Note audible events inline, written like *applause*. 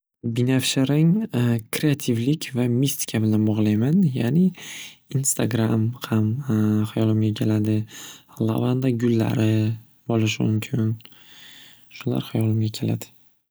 Binafsha rang *hesitation* kreativlik va mistika bilan bog'layman ya'ni instagram ham *hesitation* hayolimga keladi lavanda gullari bo'lishi mumkin shular hayolimga keladi.